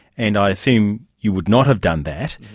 and i assume you would not have done that,